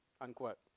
Unquote